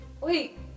Wait